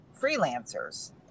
freelancers